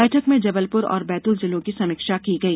बैठक में जबलपुर और बैतूल जिलों की समीक्षा की गई